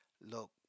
look